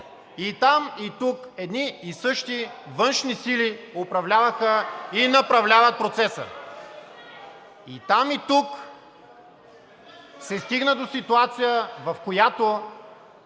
и там, и тук едни и същи външни сили управляваха и направляват процеса. И там, и тук се стигна до ситуация, в която